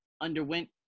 underwent